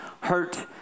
hurt